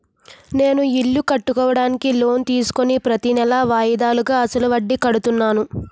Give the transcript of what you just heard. నేను ఇల్లు కట్టుకోడానికి లోన్ తీసుకుని ప్రతీనెలా వాయిదాలుగా అసలు వడ్డీ కడుతున్నాను